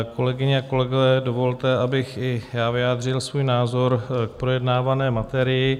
Kolegyně a kolegové, dovolte, abych i já vyjádřil svůj názor k projednávané materii.